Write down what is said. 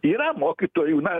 yra mokytojų na